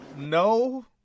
No